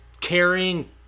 carrying